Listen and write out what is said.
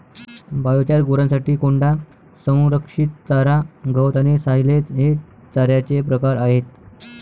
biochar, गुरांसाठी कोंडा, संरक्षित चारा, गवत आणि सायलेज हे चाऱ्याचे प्रकार आहेत